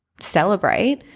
celebrate